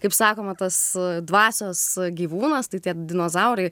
kaip sakoma tas dvasios gyvūnas tai tie dinozaurai